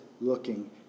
looking